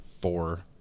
four